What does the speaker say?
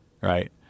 right